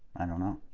i don't know.